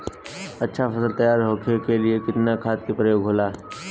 अच्छा फसल तैयार होके के लिए कितना खाद के प्रयोग होला?